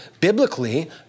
biblically